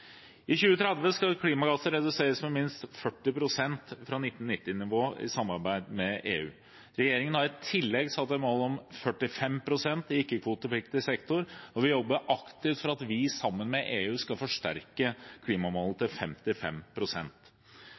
I 2030 skal klimagassutslippene reduseres med minst 40 pst. fra 1990-nivå i samarbeid med EU. Regjeringen har i tillegg satt et mål om 45 pst. i ikke-kvotepliktig sektor, og vi jobber aktivt for at vi sammen med EU skal forsterke klimamålene til